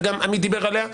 וגם עמית דיבר עליה,